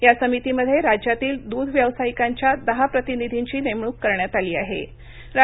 या समितीमध्ये राज्यातील दूध व्यावसायिकांच्या दहा प्रतिनिधीची नेमणूक करण्यात थाली थाहे